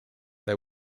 they